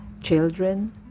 children